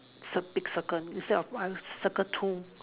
cir big circle instead one circle two